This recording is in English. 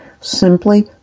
Simply